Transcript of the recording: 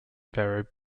vero